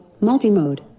multi-mode